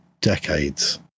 decades